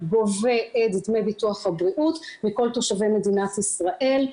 גובה את דמי ביטוח הבריאות מכל תושבי מדינת ישראל,